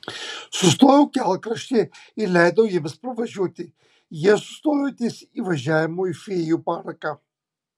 sustojau kelkraštyje ir leidau jiems pravažiuoti jie sustojo ties įvažiavimu į fėjų parką